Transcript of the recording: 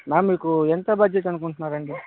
ma'am మీకు ఎంత budget అనుకుంటున్నారండి